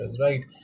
right